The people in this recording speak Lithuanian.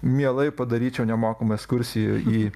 mielai padaryčiau nemokamą eskursiją jį